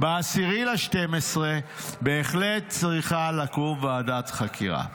ב-10 בדצמבר: בהחלט צריכה לקום ועדת חקירה.